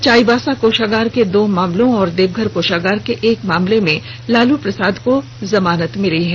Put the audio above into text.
चाईबासा कोषागार के दो मामलों और देवघर कोषागार के एक मामले में लालू प्रसाद को जमानत मिल गई है